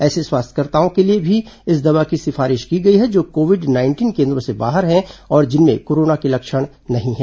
ऐसे स्वास्थ्यकर्ताओं के लिए भी इस दवा की सिफारिश की गई है जो कोविड नाइंटीन केन्द्रों से बाहर हैं और जिनमें कोरोना के लक्षण नहीं है